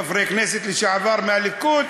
חברי כנסת לשעבר מהליכוד,